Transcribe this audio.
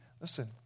listen